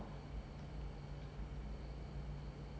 um that's all